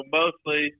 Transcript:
mostly